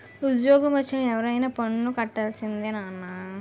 ఉజ్జోగమొచ్చిన ఎవరైనా పన్ను కట్టాల్సిందే నాన్నా